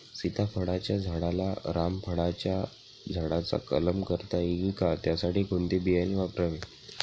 सीताफळाच्या झाडाला रामफळाच्या झाडाचा कलम करता येईल का, त्यासाठी कोणते बियाणे वापरावे?